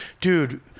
dude